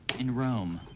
in rome.